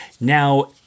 Now